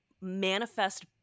manifest